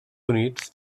units